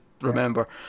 remember